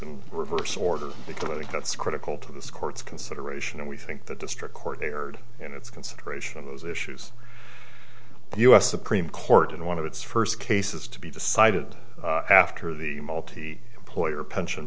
and reverse order because i think that's critical to this court's consideration and we think the district court there and its consideration of those issues the u s supreme court and one of its first cases to be decided after the multi employer pension